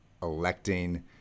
electing